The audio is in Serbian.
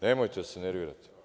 Nemojte da se nervirate.